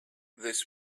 this